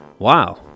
Wow